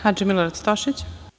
Hadži Milorad Stošić.